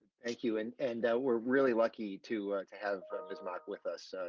thank you and and we're really lucky to to have is not with us, so